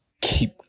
keep